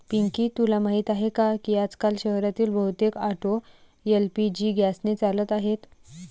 पिंकी तुला माहीत आहे की आजकाल शहरातील बहुतेक ऑटो एल.पी.जी गॅसने चालत आहेत